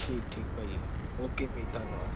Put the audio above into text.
ਠੀਕ ਠੀਕ ਭਾਅ ਜੀ ਓਕੇ ਭਾਅ ਜੀ ਧੰਨਵਾਦ